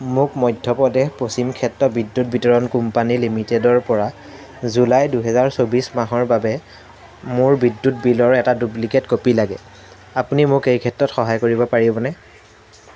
মোক মধ্য প্ৰদেশ পশ্চিম ক্ষেত্ৰ বিদ্যুৎ বিতৰণ কোম্পানী লিমিটেডৰপৰা জুলাই দুহেজাৰ চৌবিছ মাহৰ বাবে মোৰ বিদ্যুৎ বিলৰ এটা ডুপ্লিকেট কপি লাগে আপুনি মোক এই ক্ষেত্ৰত সহায় কৰিব পাৰিবনে